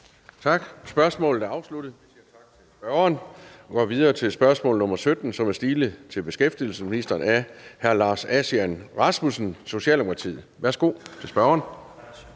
Tak. Spørgsmålet er afsluttet. Vi siger tak til spørgeren. Vi går videre til spørgsmål nr. 17, som er stilet til beskæftigelsesministeren af hr. Lars Aslan Rasmussen, Socialdemokratiet. Kl. 14:49 Spm. nr.